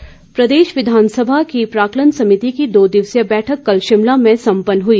प्राकलन प्रदेश विधानसभा की प्राकलन समिति की दो दिवसीय बैठक कल शिमला में संपन्न हुई